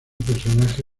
personaje